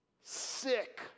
sick